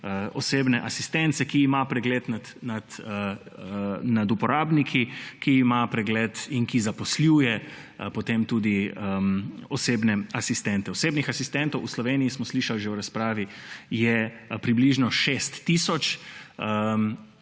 osebne asistence, ki ima pregled nad uporabniki, ki ima pregled in ki zaposluje potem tudi osebne asistente. Osebnih asistentov v Sloveniji, smo slišali že v razpravi, je približno 6 tisoč,